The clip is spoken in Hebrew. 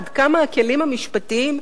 עד כמה הכלים המשפטיים,